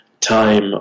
time